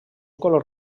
color